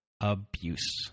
abuse